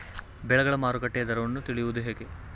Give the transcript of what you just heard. ಬೆಳೆಗಳ ಮಾರುಕಟ್ಟೆಯ ದರವನ್ನು ತಿಳಿಯುವುದು ಹೇಗೆ?